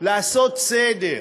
לעשות סדר,